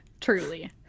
truly